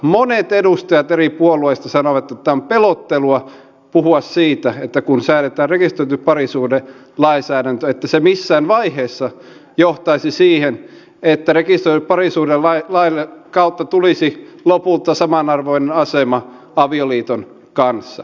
monet edustajat eri puolueista sanoivat että on pelottelua puhua siitä että kun säädetään rekisteröity parisuhdelainsäädäntö se missään vaiheessa johtaisi siihen että rekisteröidyn parisuhdelain kautta tulisi lopulta samanarvoinen asema avioliiton kanssa